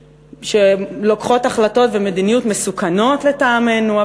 שלוקחות החלטות ומדיניות מסוכנות לטעמנו,